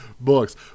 books